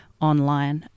online